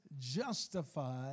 justified